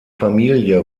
familie